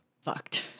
fucked